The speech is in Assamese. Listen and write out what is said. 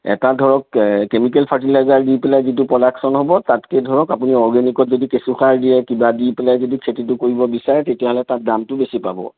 এটা ধৰক এ কেমিকেল ফাৰ্টিলাইজাৰ দি পেলাই যিটো প্ৰডাকশ্যন হ'ব তাতকৈ ধৰক আপুনি অৰ্গেনিকত যদি কেঁচু সাৰ দিয়ে কিবা দি পেলাই যদি খেতিটো কৰিব বিচাৰে তেতিয়াহ'লে তাৰ দামটো বেছি পাব